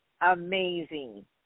amazing